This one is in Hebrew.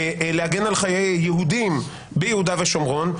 כדי להגן על חיי יהודים ביהודה ושומרון.